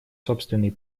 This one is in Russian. собственный